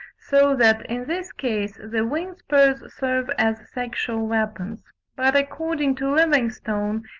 so that, in this case, the wing-spurs serve as sexual weapons but according to livingstone,